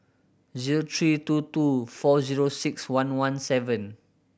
zero three two two four zero six one one seven